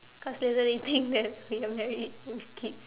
cause later they think that we are married with with kids